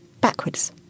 Backwards